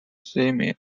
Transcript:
semi